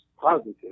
positive